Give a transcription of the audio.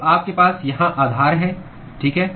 तो आपके पास यहाँ आधार है ठीक है